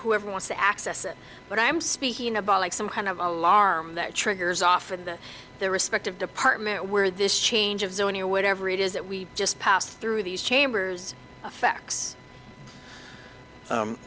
whoever wants to access it but i'm speaking about like some kind of alarm that triggers off for the the respective department where this change of zone or whatever it is that we just pass through these chambers effects